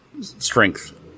strength